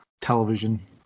television